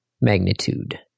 magnitude